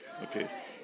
Okay